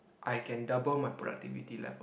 I can double my productivity level